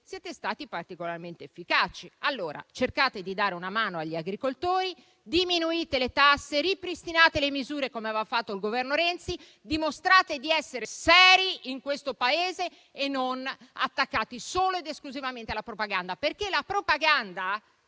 siete stati particolarmente efficaci. Allora, cercate di dare una mano agli agricoltori, diminuite le tasse, ripristinate le misure come aveva fatto il Governo Renzi. Dimostrate di essere seri in questo Paese e non attaccati solo ed esclusivamente alla propaganda, perché la propaganda